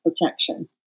protection